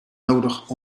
nodig